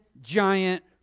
giant